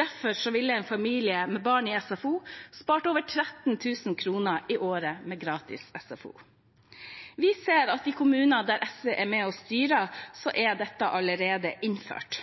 Derfor ville en familie med barn i SFO spart over 13 000 kr i året med gratis SFO. Vi ser at i kommuner der SV er med og styrer, er dette allerede innført,